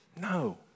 No